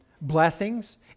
blessings